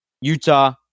Utah